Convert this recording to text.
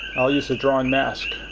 i'll use the drawn mask.